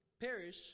perish